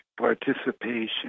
participation